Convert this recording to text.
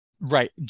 Right